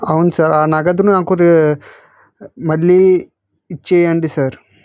అవును సార్ ఆ నగదును నాకు రి మళ్ళీ ఇచ్చేయండి సార్